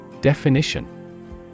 Definition